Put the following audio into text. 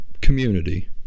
community